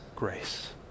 grace